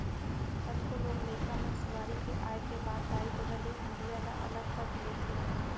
कतको लोग लइका मन सुआरी के आए के बाद दाई ददा ले हँड़िया ल अलग कर लेथें